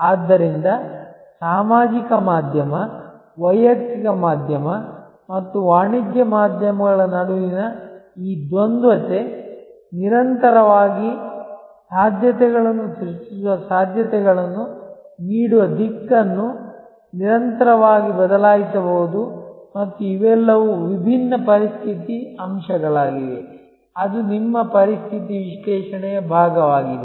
ಆದ್ದರಿಂದ ಸಾಮಾಜಿಕ ಮಾಧ್ಯಮ ವೈಯಕ್ತಿಕ ಮಾಧ್ಯಮ ಮತ್ತು ವಾಣಿಜ್ಯ ಮಾಧ್ಯಮಗಳ ನಡುವಿನ ಈ ದ್ವಂದ್ವತೆ ನಿರಂತರವಾಗಿ ಸಾಧ್ಯತೆಗಳನ್ನು ಸೃಷ್ಟಿಸುವ ಸಾಧ್ಯತೆಗಳನ್ನು ನೀಡುವ ದಿಕ್ಕನ್ನು ನಿರಂತರವಾಗಿ ಬದಲಾಯಿಸಬಹುದು ಮತ್ತು ಇವೆಲ್ಲವೂ ವಿಭಿನ್ನ ಪರಿಸ್ಥಿತಿ ಅಂಶಗಳಾಗಿವೆ ಅದು ನಿಮ್ಮ ಪರಿಸ್ಥಿತಿ ವಿಶ್ಲೇಷಣೆಯ ಭಾಗವಾಗಿದೆ